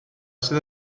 sydd